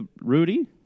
Rudy